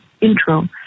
intro